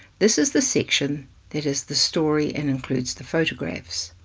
this is the section that is the story and includes the photographs.